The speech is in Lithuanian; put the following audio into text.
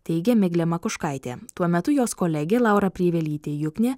teigė miglė makuškaitė tuo metu jos kolegė laura prievelytė juknienė